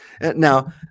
Now